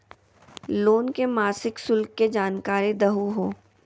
Loan के मासिक शुल्क के जानकारी दहु हो?